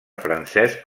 francesc